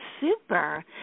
super